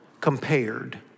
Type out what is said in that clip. compared